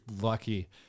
lucky